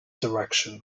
direction